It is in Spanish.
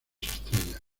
estrellas